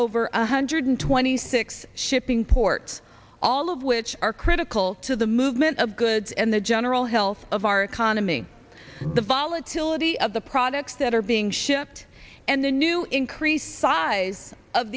over one hundred twenty six shipping ports all of which are critical to the movement of goods and the general health of our economy the volatility of the products that are being shipped and the new increased size of